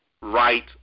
right